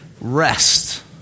rest